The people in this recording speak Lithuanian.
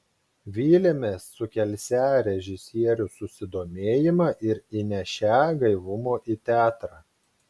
vylėmės sukelsią režisierių susidomėjimą ir įnešią gaivumo į teatrą